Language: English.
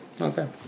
Okay